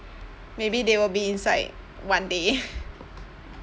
maybe they will be inside one day